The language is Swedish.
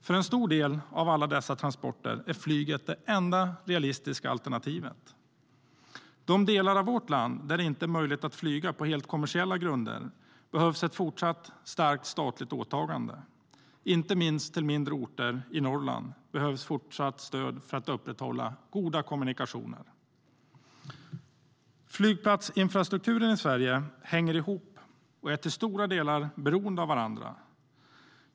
För en stor del av alla dessa transporter är flyget det enda realistiska alternativet. Flygplatsinfrastrukturerna i Sverige hänger ihop och är till stora delar beroende av varandra.